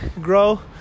grow